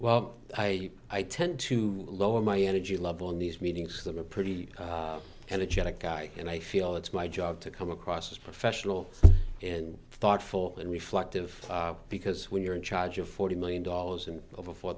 well i i tend to lower my energy level in these meetings i'm a pretty energetic guy and i feel it's my job to come across as professional and thoughtful and reflective because when you're in charge of forty million dollars and over four